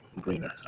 greener